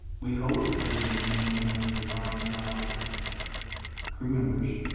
we hope that we, when we came in, we would find live crew members,